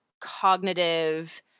cognitive